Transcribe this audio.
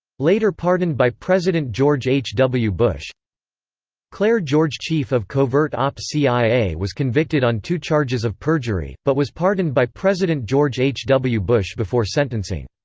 later pardoned by president george h. w. bush clair george chief of covert ops-cia was convicted on two charges of perjury, but was pardoned by president george h. w. bush before sentencing.